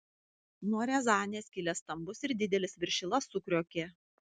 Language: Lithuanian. nuo riazanės kilęs stambus ir didelis viršila sukriokė